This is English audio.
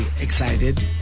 excited